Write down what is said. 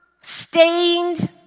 stained